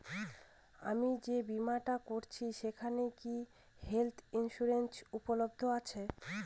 আমি যে বীমাটা করছি সেইখানে কি হেল্থ ইন্সুরেন্স উপলব্ধ আছে?